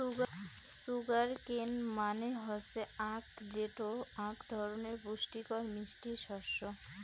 sugar cane মানে হসে আখ যেটো আক ধরণের পুষ্টিকর মিষ্টি শস্য